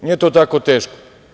Nije to tako teško.